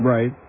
Right